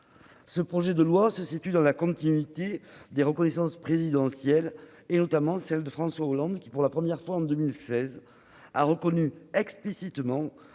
Ce projet de loi s'inscrit dans la continuité des discours présidentiels, notamment celui de François Hollande, qui, pour la première fois en 2016, a reconnu explicitement